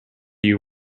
you